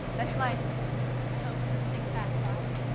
that's my my hope. so think fast thoughts.